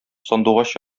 сандугач